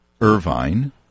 Irvine